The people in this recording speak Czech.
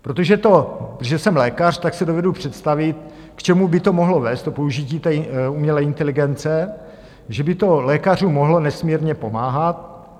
Protože to, že jsem lékař, tak si dovedu představit, k čemu by to mohlo vést, to použití té umělé inteligence, že by to lékařům mohlo nesmírně pomáhat.